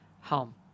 home